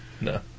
No